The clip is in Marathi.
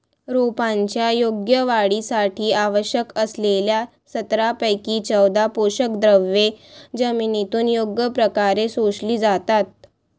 रोपांच्या योग्य वाढीसाठी आवश्यक असलेल्या सतरापैकी चौदा पोषकद्रव्ये जमिनीतून योग्य प्रकारे शोषली जातात